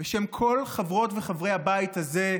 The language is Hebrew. בשם כל חברות וחברי הבית הזה,